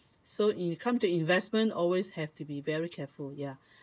so if come to investment always have to be very careful yeah